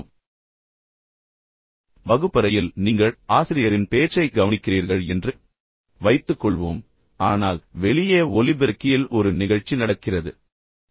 நீங்கள் ஒரு ஆடிட்டோரியத்தில் இருக்கிறீர்கள் அல்லது வகுப்பறையில் நீங்கள் ஆசிரியரின் பேச்சைக் கவனிக்கிறீர்கள் என்று வைத்துக்கொள்வோம் ஆனால் வெளியே ஒலிபெருக்கியில் ஒரு நிகழ்ச்சி நடக்கிறது உங்களுக்கு பிடித்த பாடல்கள் இசைக்கப்பட்டு வருகின்றன